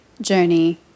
journey